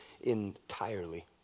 entirely